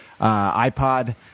iPod